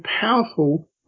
powerful